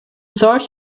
solch